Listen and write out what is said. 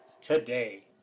today